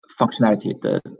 functionality